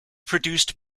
produced